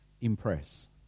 impress